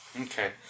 Okay